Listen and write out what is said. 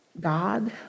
God